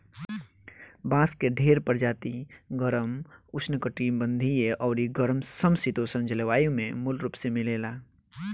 बांस के ढेरे प्रजाति गरम, उष्णकटिबंधीय अउरी गरम सम शीतोष्ण जलवायु में मूल रूप से मिलेला